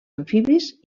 amfibis